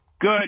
Good